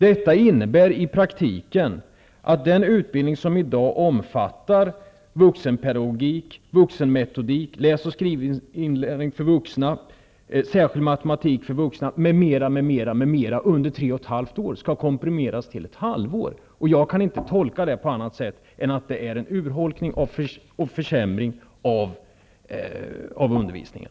Detta innebär i praktiken att den utbildning som i dag omfattar vuxenpedagogik, vuxenmetodik, läsoch skrivinlärning för vuxna, särskild matematik för vuxna m.m. under tre och ett halvt år skall komprimeras till utbildning under ett halvår. Jag kan bara tolka detta som en urholkning och en försämring av undervisningen.